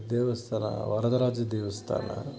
ದೇವಸ್ಥಾನ ವರದರಾಜ ದೇವಸ್ಥಾನ